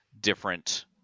different